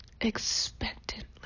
expectantly